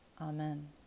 Amen